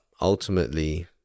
ultimately